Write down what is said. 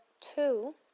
two